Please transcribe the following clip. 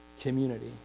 community